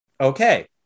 okay